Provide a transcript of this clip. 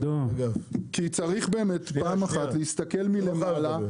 כי צריך באמת פעם אחת להסתכל מלמעלה